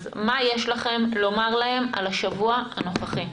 מה יש לכם לומר להם על השבוע הנוכחי?